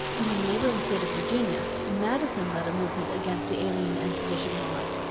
in the neighboring state of virginia, madison led a movement against the alien and sedition laws.